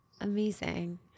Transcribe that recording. Amazing